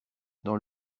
dans